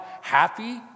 happy